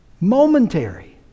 Momentary